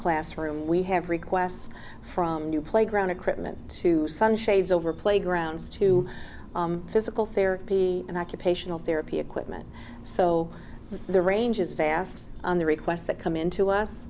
classroom we have requests from new playground equipment to sunshades over playgrounds to physical therapy and occupational therapy equipment so the range is fast on the requests that come in to